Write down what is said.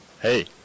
Hey